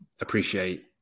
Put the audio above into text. appreciate